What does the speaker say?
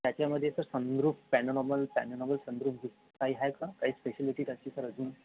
त्याच्यामध्ये sir sunroof panoramic panoramic sunroof काही आहे काही स्पेशलिटी त्याची सर अजून